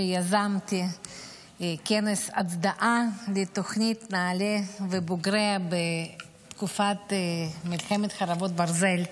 כנס הצדעה לתוכנית נעל"ה ובוגריה בתקופת מלחמת חרבות ברזל.